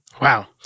Wow